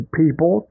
people